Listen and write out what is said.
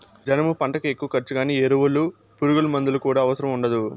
జనుము పంటకు ఎక్కువ ఖర్చు గానీ ఎరువులు పురుగుమందుల అవసరం కూడా ఉండదు